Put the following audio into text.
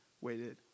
waited